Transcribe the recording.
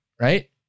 right